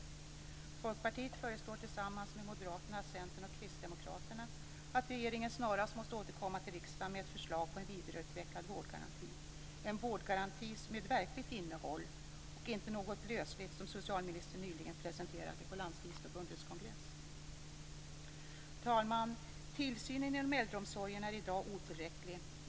Folkpartiet föreslår tillsammans med Moderaterna, Centern och Kristdemokraterna att regeringen snarast måste återkomma till riksdagen med ett förslag på en vidareutvecklad vårdgaranti, en vårdgaranti med verkligt innehåll och inte något lösligt, som socialministern nyligen presenterade på Landstingsförbundets kongress. Fru talman! Tillsynen inom äldreomsorgen är i dag otillräcklig.